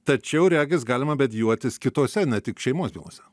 tačiau regis galima bedijuotis kitose ne tik šeimos bylose